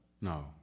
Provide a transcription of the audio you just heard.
No